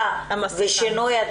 כשמדברים על